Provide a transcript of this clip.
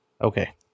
Okay